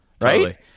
right